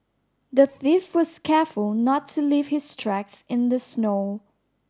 the thief was careful not to leave his tracks in the snow